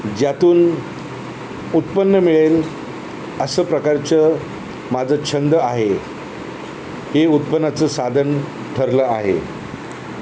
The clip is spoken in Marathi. ज्यातून उत्पन्न मिळेल असं प्रकारचं माझं छंद आहे हे उत्पनाचं साधन ठरलं आहे